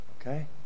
Okay